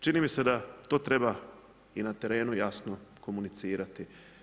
Čini mi se da to treba i na terenu jasno komunicirati.